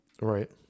Right